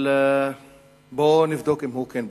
אבל בואו נבדוק אם הוא אכן בודד.